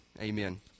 amen